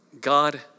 God